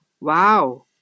Wow